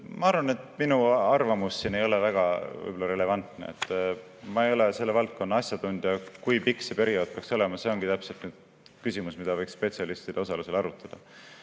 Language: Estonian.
Ma arvan, et minu arvamus siin ei ole väga relevantne, ma ei ole selle valdkonna asjatundja. Kui pikk see periood peaks olema, ongi täpselt küsimus, mida võiks spetsialistide osalusel arutada.